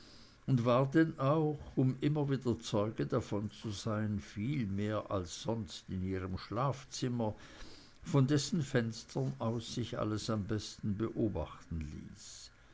und war denn auch um immer wieder zeuge davon zu sein viel mehr als sonst in ihrem schlafzimmer von dessen fenstern aus sich alles am besten beobachten ließ